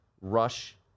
rush